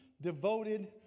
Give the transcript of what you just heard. devoted